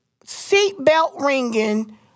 seatbelt-ringing